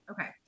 Okay